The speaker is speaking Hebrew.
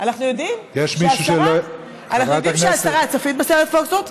אנחנו יודעים שהשרה, צפית בסרט "פוקסטרוט"?